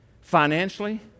financially